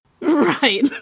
Right